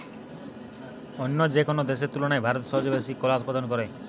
অন্য যেকোনো দেশের তুলনায় ভারত সবচেয়ে বেশি কলা উৎপাদন করে